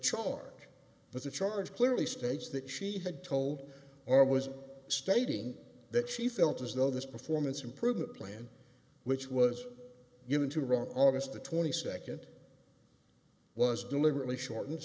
charge but the charge clearly states that she had told or was stating that she felt as though this performance improvement plan which was going to run august the twenty second was deliberately short